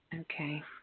Okay